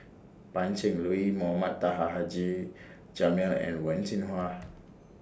Pan Cheng Lui Mohamed Taha Haji Jamil and Wen Jinhua